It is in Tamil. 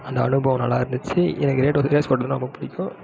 அந்த அனுபவம் நல்லா இருந்துச்சு எனக்கு ரேட் ஓட்ட ரேஸ் ஓட்டுறதுனா ரொம்ப பிடிக்கும்